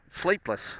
sleepless